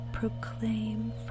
Proclaim